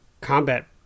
combat